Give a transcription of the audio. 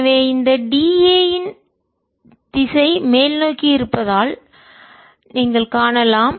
எனவே இந்த da இன் திசை மேல் நோக்கி இருப்பதால் நீங்கள் இங்கே காணலாம்